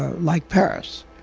ah like paris.